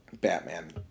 Batman